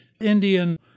Indian